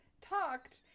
talked